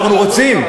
רוצים.